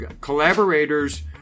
collaborators